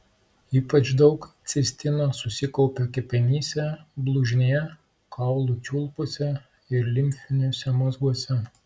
ypač daug cistino susikaupia kepenyse blužnyje kaulų čiulpuose ir limfiniuose mazguose